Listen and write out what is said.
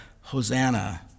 Hosanna